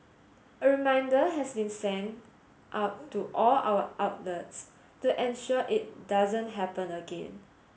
a reminder has been sent out to all our outlets to ensure it doesn't happen again